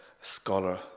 scholar